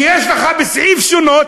שיש לך בסעיף "שונות",